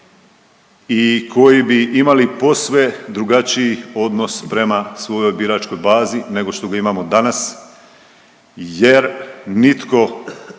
i koji bi imali posve drugačiji odnos prema svojoj biračkoj bazi nego što ga imamo danas jer nitko